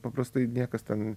paprastai niekas ten